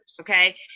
okay